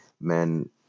men